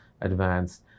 advanced